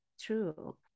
true